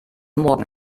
morgen